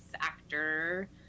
actor